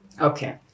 Okay